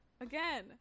Again